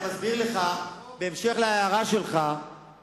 אני רק מסביר לך, בהמשך להערתך שהערת,